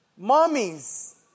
mommies